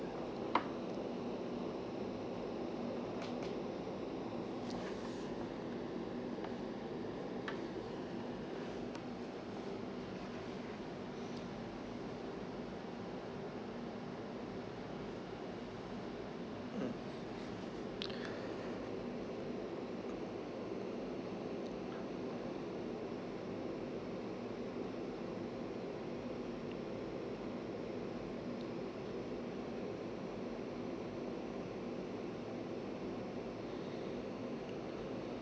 mm